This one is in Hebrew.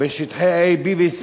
בשטחי A, B, ו-C,